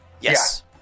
Yes